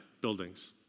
buildings